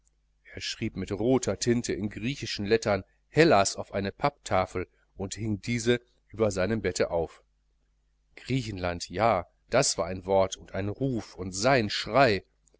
er schrieb mit roter tinte in griechischen lettern hellas auf eine papptafel und hing diese über seinem bette auf griechenland ja das war ein wort und ein ruf und sein schrei